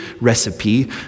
recipe